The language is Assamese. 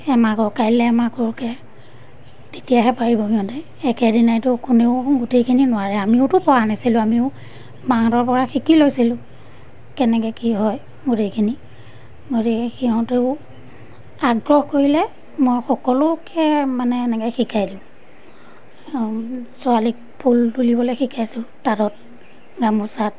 এমাকোৰ কাইলৈ এমাকোৰকৈ তেতিয়াহে পাৰিব সিহঁতে একেদিনাইতো কোনেও গোটেইখিনি নোৱাৰে আমিওতো পৰা নাছিলোঁ আমিও মাহঁতৰপৰা শিকি লৈছিলোঁ কেনেকৈ কি হয় গোটেইখিনি গতিকে সিহঁতেও আগ্ৰহ কৰিলে মই সকলোকে মানে এনেকৈ শিকাই দিওঁ ছোৱালীক ফুল তুলিবলৈ শিকাইছোঁ তাঁতত গামোচাত